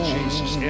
Jesus